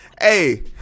hey